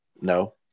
no